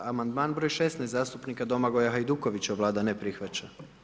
Amandman broj 16., zastupnika Domagoja Hajdukovića, Vlada ne prihvaća.